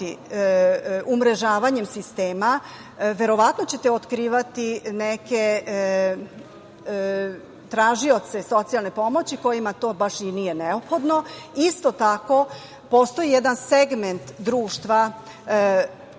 umrežavanjem sistema, verovatno ćete otkivati neke tražioce socijalne pomoći kojima to baš i nije neophodno. Isto tako postoji jedan segment društva,